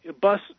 bus